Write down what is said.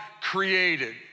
created